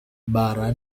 barra